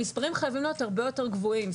המספרים חייבים להיות הרבה יותר גבוהים,